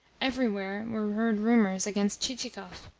everywhere were heard rumours against chichikov,